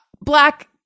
black